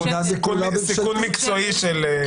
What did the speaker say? זה סיכון מקצועי של היושב ראש.